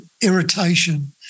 irritation